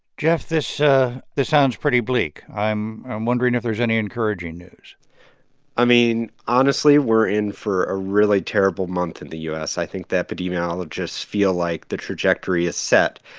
geoff, this ah sounds pretty bleak. i'm i'm wondering if there's any encouraging news i mean, honestly, we're in for a really terrible month in the u s. i think the epidemiologists feel like the trajectory is set.